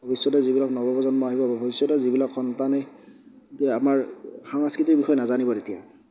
ভৱিষ্যতে যিবিলাক নৱপ্ৰজন্ম আহিব ভৱিষ্যতে যিবিলাক সন্তানে আমাৰ সাংস্কৃতিৰ বিষয়ে নাজানিব তেতিয়া